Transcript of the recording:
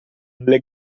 nelle